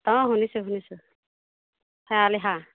অঁ শুনিছোঁ শুনিছোঁ শেৱালি হাঁহ